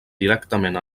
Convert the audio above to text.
directament